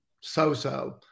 so-so